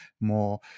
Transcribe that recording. more